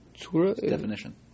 Definition